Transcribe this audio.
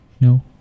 No